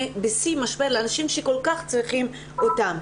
בשיא המשבר לאנשים שכל כך צריכים אותם.